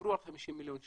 דיברו על 50 מיליון שקל,